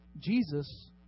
Jesus